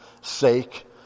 sake